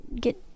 get